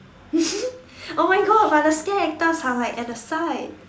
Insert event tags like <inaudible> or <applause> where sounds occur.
<laughs> oh my god but the scare actors are like at the side